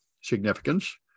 significance